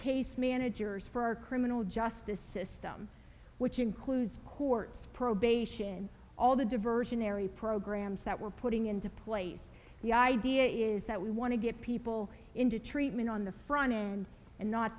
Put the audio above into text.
case managers for our criminal justice system which includes courts probation and all the diversionary programs that we're putting into place the idea is that we want to get people into treatment on the front end and not